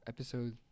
Episode